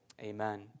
Amen